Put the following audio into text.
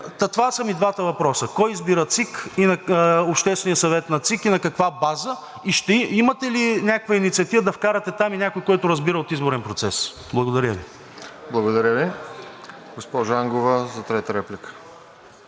това са ми двата въпроса – кой избира Обществения съвет на ЦИК и на каква база и ще имате ли някаква инициатива да вкарате там и някой, който разбира от изборен процес? Благодаря Ви. ПРЕДСЕДАТЕЛ РОСЕН ЖЕЛЯЗКОВ: Благодаря Ви. Госпожо Ангова, за трета реплика.